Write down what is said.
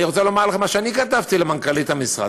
אני רוצה לומר לך מה שאני כתבתי למנכ"לית המשרד.